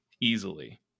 easily